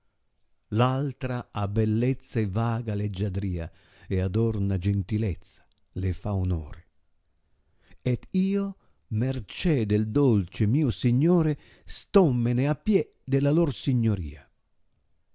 altra ha bellezza e vaga leggiadrìa e adorna gentilezza le fa onore et io mercè del dolce mio signore sloramene a pie de la lor signoria